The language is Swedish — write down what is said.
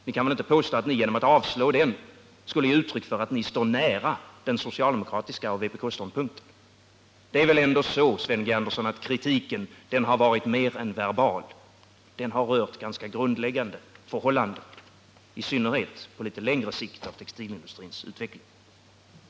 Ni kan väl inte påstå att ni genom att avslå den skulle ge uttryck för att ni står nära socialdemokraternas och vpk:s ståndpunkt? Kritiken har väl, Sven G. Andersson, varit mer än verbal. Den har rört ganska grundläggande förhållanden, i synnerhet när det gäller textilindustrins utveckling på litet längre sikt.